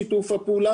וזה רשום בפרוטוקול,